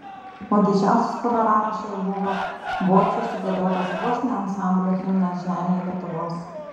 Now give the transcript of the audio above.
o didžiausias honoraras šiai buvo bočių sugiedotas vos ne ansamblio himnas žemėj lietuvos